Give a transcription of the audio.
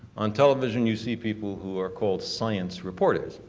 on television you see people who are called science reporters,